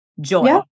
joy